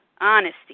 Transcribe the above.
honesty